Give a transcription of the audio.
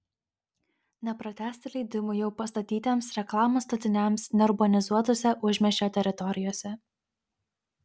nepratęsti leidimų jau pastatytiems reklamos statiniams neurbanizuotose užmiesčio teritorijose